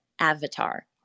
avatar